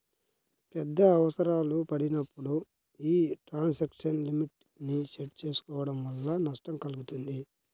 పెద్ద అవసరాలు పడినప్పుడు యీ ట్రాన్సాక్షన్ లిమిట్ ని సెట్ చేసుకోడం వల్ల నష్టం కల్గుతుంది